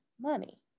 money